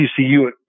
TCU